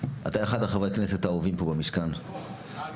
אתה אחד מחברי הכנסת האהובים פה במשכן בנעימות,